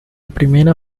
primera